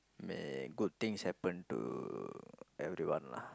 may good things happen to everyone lah